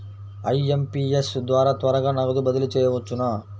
IMPS ద్వారా త్వరగా నగదు బదిలీ చేయవచ్చునా?